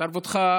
התערבותך,